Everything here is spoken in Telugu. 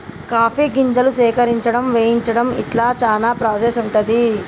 కాఫీ గింజలు సేకరించడం వేయించడం ఇట్లా చానా ప్రాసెస్ ఉంటది